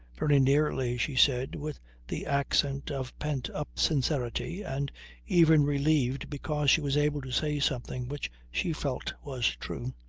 very nearly, she said with the accent of pent-up sincerity, and even relieved because she was able to say something which she felt was true.